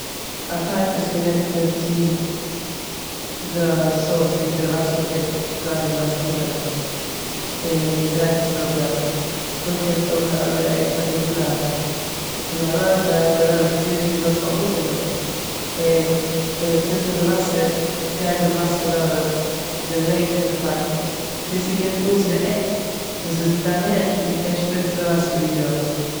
א פייפ איז קאנעקטעד צו די סארס ווי די וואסער קומט- פלאץ ווי די וואסער קומט ארויס און מ'דרייט עס ארויף דארטן. נאכדעם קענסטו האבן די אנדערע עק ביי דיר אין האנט, קענסט האבן א לאנגע, וואטעווער, ביז ווי די ווילסט ס'זאל אנקומען און ווען מ'צינדט אן די וואסער גייט די וואסער דורך די לענג פון די פייפ ביז ס'קומט אן צו די עק וואס איז אין דיין הענט און די קענסט שפריצן די וואסער ווי די ווילסט.